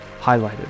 highlighted